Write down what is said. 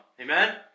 Amen